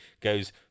goes